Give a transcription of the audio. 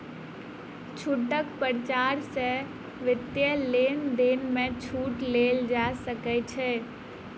छूटक पर्चा सॅ वित्तीय लेन देन में छूट लेल जा सकै छै